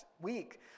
week